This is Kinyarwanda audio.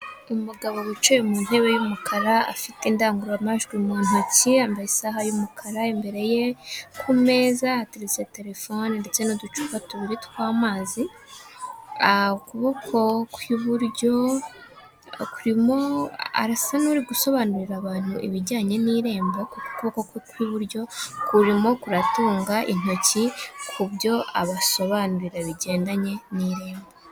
Umugabo wicaye mu ntebe y'umukara, afite indangururamajwi mu ntoki, yambaye isaha y'umukara, imbere ye ku meza hateretse telefone ndetse n'uducupa tubiri tw'amazi, ukuboko kw'iburyo kurimo arasa n'uri gusobanurira abantu ibijyanye n'irembo kuko ukuboko kwe kw'iburyo kurimo kuratunga intoki ku byo abasobanurira bigendanye n'irembo.